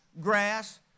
grass